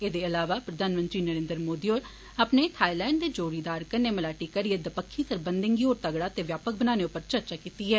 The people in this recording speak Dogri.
एदे इलावा प्रधानमंत्री नरेन्द्र मोदी होरें अपने थाईलैण्ड दे जोड़ीदार कन्नै मलाटी करियै दपक्खी सरबन्धें गी होर तगड़ा ते व्यापक बनाने उप्पर चर्चा कीती ऐ